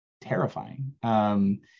terrifying